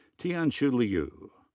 tianshu liu.